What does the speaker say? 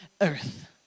earth